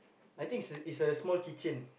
I think is a is a small keychain